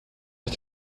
aus